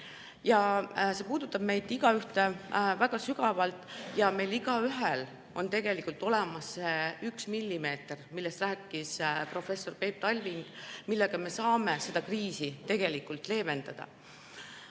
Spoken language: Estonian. See puudutab meist igaühte väga sügavalt ja meil igaühel on tegelikult olemas see üks millimeeter, millest rääkis professor Peep Talving, millega me saame seda kriisi leevendada.